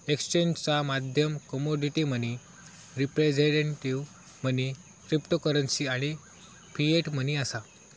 एक्सचेंजचा माध्यम commodity money, representative money, cryptocurrency आणि फिएट मनी असा